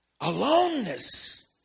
Aloneness